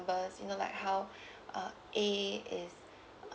you know like how uh a is